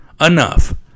enough